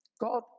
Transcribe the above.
God